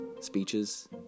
speeches